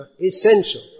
essential